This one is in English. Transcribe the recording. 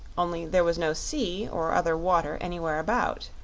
only there was no sea or other water anywhere about.